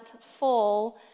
full